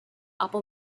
upper